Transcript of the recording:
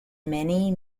many